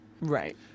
Right